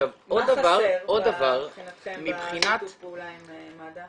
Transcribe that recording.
עוד דבר- -- מה חסר מבחינתכם בשיתוף הפעולה עם מד"א?